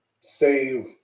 save